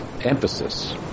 emphasis